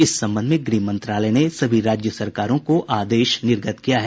इस संबंध में गृह मंत्रालय ने सभी राज्य सरकारों को आदेश निर्गत किया है